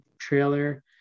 trailer